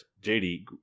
JD